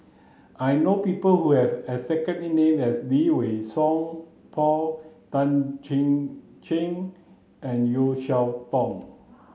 I know people who have the exact name as Lee Wei Song Paul Tan Chin Chin and Yeo Cheow Tong